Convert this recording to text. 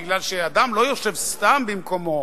בגלל שאדם לא יושב סתם במקומו,